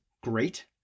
great